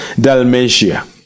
Dalmatia